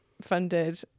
funded